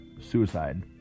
suicide